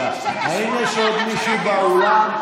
האם יש עוד מישהו באולם?